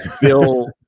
Bill